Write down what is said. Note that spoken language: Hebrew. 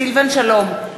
נגד סילבן שלום,